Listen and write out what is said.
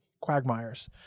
quagmires